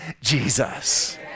Jesus